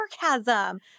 sarcasm